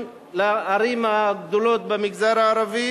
לערים הגדולות במגזר הערבי,